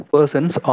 Persons